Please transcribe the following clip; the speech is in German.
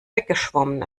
weggeschwommen